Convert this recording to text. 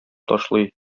ташлый